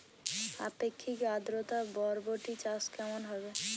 আপেক্ষিক আদ্রতা বরবটি চাষ কেমন হবে?